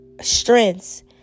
strengths